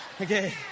Okay